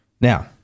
Now